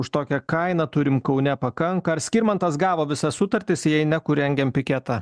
už tokią kainą turim kaune pakanka ar skirmantas gavo visas sutartis jei ne kur rengiam piketą